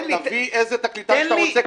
תביא איזה תקליטן שאתה רוצה ,